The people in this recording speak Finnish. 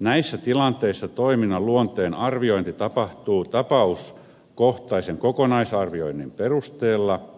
näissä tilanteissa toiminnan luonteen arviointi tapahtuu tapauskohtaisen kokonaisarvioinnin perusteella